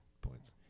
points